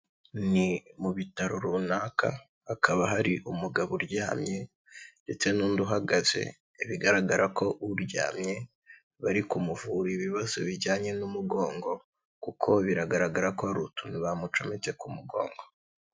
Ni mu bitaro runaka, hakaba hari umugabo uryamye ndetse n'undi uhagaze, bigaragara ko uryamye bari kumuvura ibibazo bijyanye n'umugongo, kuko biragaragara ko hari utuntu bamucometse ku mugongo.